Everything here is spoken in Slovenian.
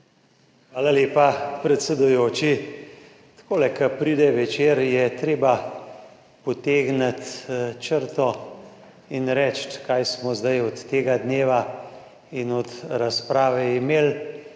Hvala lepa, predsedujoči. Takole, ko pride večer, je treba potegniti črto in reči, kaj smo zdaj od tega dneva in od razprave imeli.